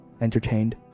entertained